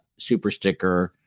Supersticker